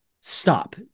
stop